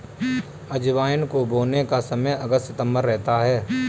अजवाइन को बोने का समय अगस्त सितंबर रहता है